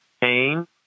pain